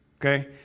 Okay